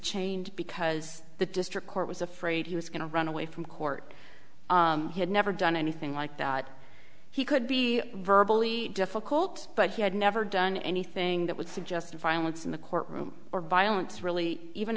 chained because the district court was afraid he was going to run away from court he had never done anything like that he could be verbal only difficult but he had never done anything that would suggest violence in the courtroom or violence really even